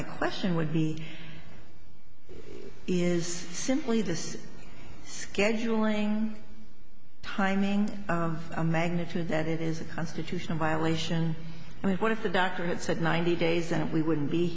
my question would be is simply this scheduling timing a magnitude that it is a constitutional violation i mean what if the doctor had said ninety days that we wouldn't be